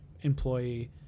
employee